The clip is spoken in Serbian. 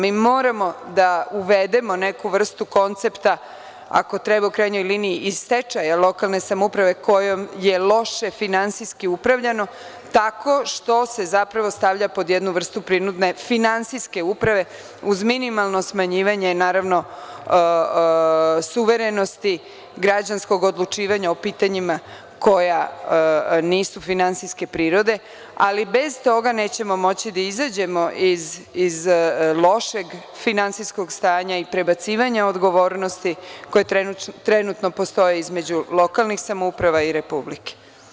Mi moramo da uvedemo neku vrstu koncepta, ako treba u krajnjoj liniji i stečaja lokalne samouprave kojom je loše finansijski upravljano tako što se zapravo stavlja pod jednu vrstu prinudne finansijske uprave, uz minimalno smanjivanje suverenosti građanskog odlučivanja o pitanjima koja nisu finansijske prirode, ali bez toga nećemo moći da izađemo iz lošeg finansijskog stanja i prebacivanja odgovornosti koja trenutno postoji između lokalnih samouprava i Republike.